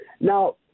Now